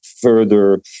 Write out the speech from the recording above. further